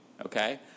okay